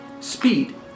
Speed